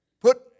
put